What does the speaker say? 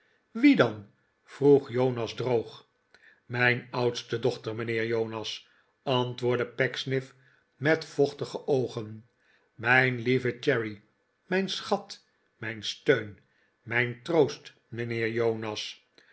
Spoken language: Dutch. wie dan vroeg jonas droog mijn oudste dochter mijnheer jonas antwoordde pecksniff met vochtige oogen mijn lieve cherry mijn schat mijn steun mijn troost mijnheer